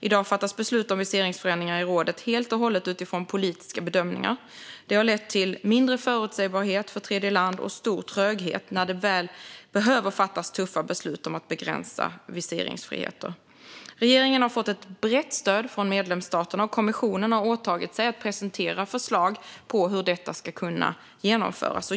I dag fattas beslut om viseringsförändringar i rådet helt och hållet utifrån politiska bedömningar. Det har lett till mindre förutsägbarhet för tredjeland och stor tröghet när det väl behöver fattas tuffa beslut om att begränsa viseringsfrihet. Regeringen har fått ett brett stöd från medlemsstaterna, och kommissionen har åtagit sig att presentera förslag på hur detta ska kunna genomföras.